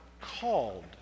called